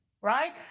right